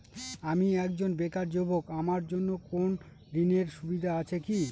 আমি একজন বেকার যুবক আমার জন্য কোন ঋণের সুবিধা আছে কি?